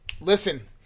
Listen